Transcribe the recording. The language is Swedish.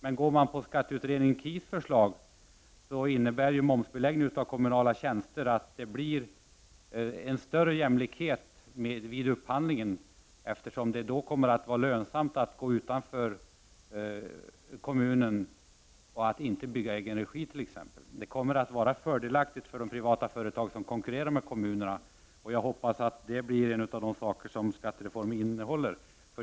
Enligt skatteutredningens förslag innebär momsbeläggning av kommunala tjänster att det blir en större jämlikhet i upphandlingen, eftersom det då kommer att bli lönsamt att göra upphandlingar utanför kommunen och att exempelvis inte bygga i egen regi. Det kommer att vara fördelaktigt för de privata företag som konkurrerar med kommunerna. Jag hoppas att det blir en av de saker som skattereformen innehåller.